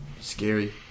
Scary